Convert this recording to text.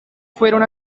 fueron